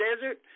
desert